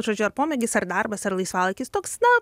žodžiu ar pomėgis ar darbas ar laisvalaikis toks na